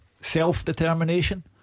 Self-determination